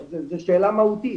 זה שאלה מהותית,